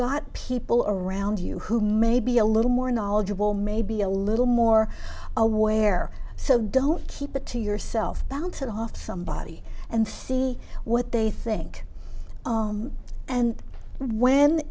got people around you who may be a little more knowledgeable maybe a little more aware so don't keep it to yourself bounce it off somebody and see what they think and when